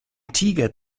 tiger